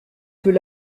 peut